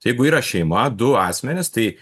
tai jeigu yra šeima du asmenys tai